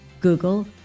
Google